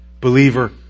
Believer